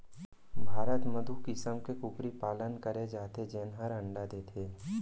भारत म दू किसम के कुकरी पालन करे जाथे जेन हर अंडा देथे